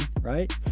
right